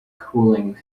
cooling